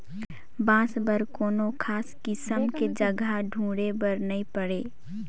बांस बर कोनो खास किसम के जघा ढूंढे बर नई पड़े